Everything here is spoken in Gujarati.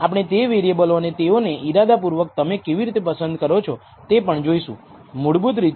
આપણે મોડેલ ફિટ કરીએ ત્યારે પૂછવા માટે ઉપયોગી પ્રશ્નો શું છે